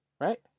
Right